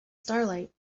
starlight